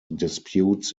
disputes